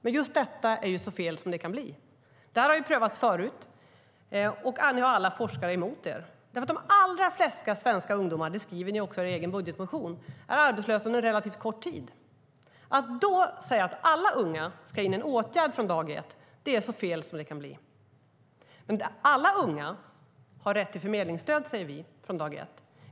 Men det är så fel som det kan bli. Det har prövats förut, och ni har alla forskare emot er. De flesta svenska ungdomar är arbetslösa under relativt kort tid. Det skriver ni också i er egen budgetmotion. Att då säga att alla unga ska in i en åtgärd från dag ett är så fel som det kan bli. Alla unga har rätt till förmedlingsstöd från dag ett, säger vi.